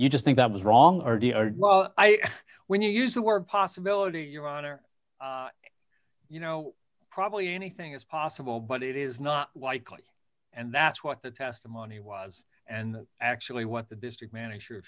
you just think that was wrong already are well when you use the word possibility your honor you know probably anything is possible but it is not likely and that's what the testimony was and actually what the district manager